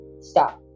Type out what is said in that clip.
stop